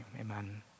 amen